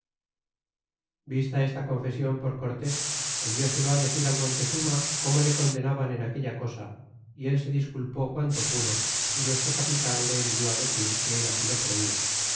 vista esta confesion por cortés enviselo decir montezuma como le condenaban en aquella cosa y él se disculpó quanto pudo y nuestro capitan le envió decir que él así lo creia